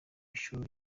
ishuri